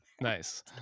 Nice